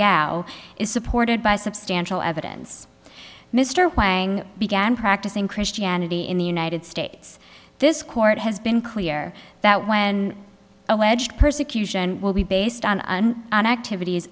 gallo is supported by substantial evidence mr huang began practicing christianity in the united states this court has been clear that when alleged persecution will be based on an activities